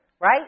right